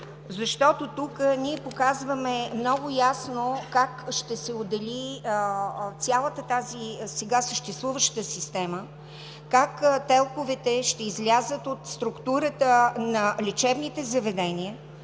защото тук ние показваме много ясно как ще се отдели цялата тази сега съществуваща система, как ТЕЛК-овете ще излязат от структурата на лечебните заведения